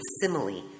simile